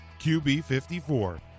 QB54